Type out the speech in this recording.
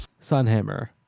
Sunhammer